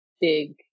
big